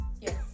yes